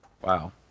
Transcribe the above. Wow